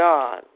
God